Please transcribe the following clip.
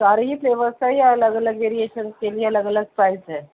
سارے ہی فلیورس ہے یا الگ الگ ویرئیشنس کے لیے الگ الگ پرائز ہے